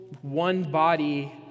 one-body